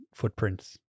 footprints